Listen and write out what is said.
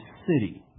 city